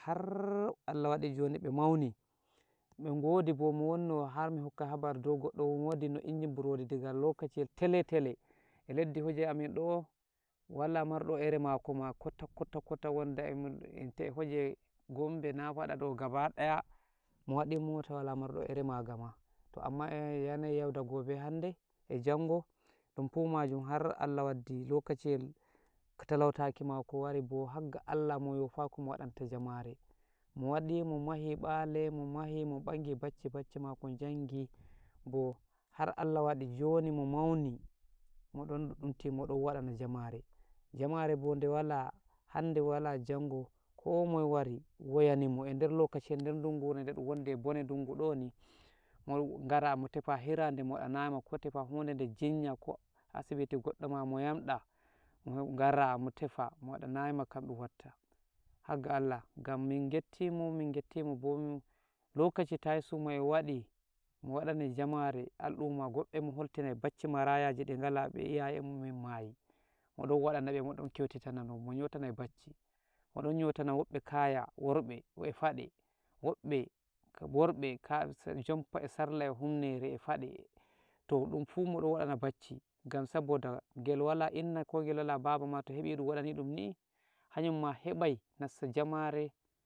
har Allah wadi, joni be mauni, be godi bo, mo wonno, har hokka habar dou goɗɗo woɗino, injin burodi diga lokashiyel, tele-tele, e leddi heje amin do'o, wala mardo ere makoma kwata-kwata, kwata, wonda enta e heje Gombe, Nafada do gaba daya, mo waɗi mota wala marɗo ere maga ma, to amma e yanayi yau da gobe, hande e jango, ɗun fuh majum har Allah waddi lokaciyel talautaki mako wari, bo hagga Allah mo yofayi komo waɗanta jamare, mo waɗi, mo mahi bale, mo mahi, mo bangi bacci mako, bacci mako njangi, bo har Allah waɗi joni mo mauni, mo ɗon dudduti, moɗon waɗana jamare, jamare bo de wala hande, wala jango, ko moye wari woyanimo, eder lokashiyel, der dungure de ɗun woni den, de bone dungu ɗoni, ngara mo tefah hirade mo waɗanayimani, ko tefa hude de jinya, koh asibiti goɗɗo ma moyamda, ngara mo tefa, mo waɗanayima kam, ɗun watta, hagga Allah gam min ngettimo, min ngettimo, bo lokashi tayi sumaye waɗi, mo waɗanai jamare al'uma, goɓɓe mo holtinai bacci marrayiji di ngala be iyaye enmum mayi, moɗon waɗana be, mo don kyautitani, mo nyotanai bacci, moɗon nyotana woɓɓe kaya wurɓe, e paɗe, woɓɓe worɓe kase jampa e sarla, e humnere, e faɗe, toh ɗunfuh moɗon waɗana bacci, gam saboda, ngel wala inna, ko ngel baba ma, to hebi ɗun waɗani ɗumni, to hanyunma heɓai nassa jamare.